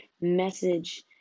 message